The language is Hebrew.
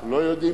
אנחנו לא יודעים,